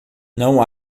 não